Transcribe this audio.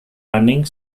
running